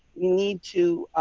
we need to